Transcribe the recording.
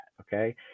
okay